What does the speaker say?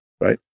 right